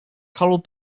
coral